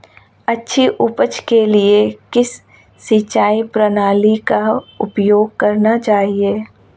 अच्छी उपज के लिए किस सिंचाई प्रणाली का उपयोग करना चाहिए?